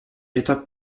étape